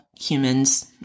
humans